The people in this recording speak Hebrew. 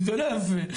זה לא יפה.